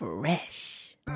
fresh